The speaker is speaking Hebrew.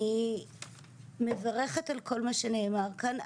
אני מברכת על כל מה שנאמר כאן,